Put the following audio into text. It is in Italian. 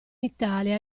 italia